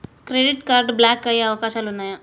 Credit card block అయ్యే అవకాశాలు ఉన్నయా?